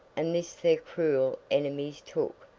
and this their cruel enemies took,